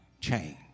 change